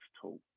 tool